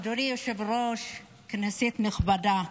אדוני היושב-ראש, כנסת נכבדה,